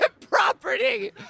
property